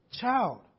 Child